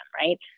Right